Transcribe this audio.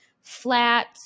flat